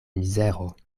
mizero